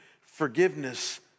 forgiveness